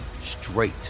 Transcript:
straight